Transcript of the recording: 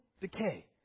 decay